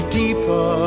deeper